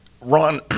Ron